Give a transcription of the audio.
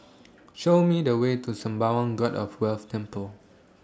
Show Me The Way to Sembawang God of Wealth Temple